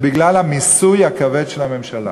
זה בגלל המיסוי הכבד של הממשלה,